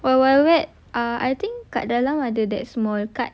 wild wild wet ah I think kat dalam ada that small card